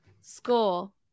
School